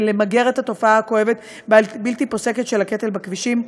למגר את התופעה הכואבת והבלתי-פוסקת של הקטל בכבישים.